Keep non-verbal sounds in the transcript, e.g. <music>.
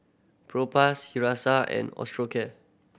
Propass <unintelligible> and Osteocare